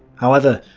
however,